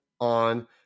on